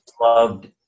loved